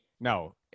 No